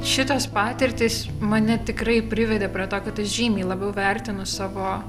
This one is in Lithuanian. šitos patirtys mane tikrai privedė prie to kad aš žymiai labiau vertinu savo